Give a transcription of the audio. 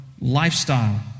lifestyle